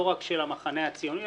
לא רק של המחנה הציוני,